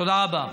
תודה רבה.